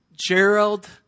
Gerald